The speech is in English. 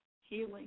healing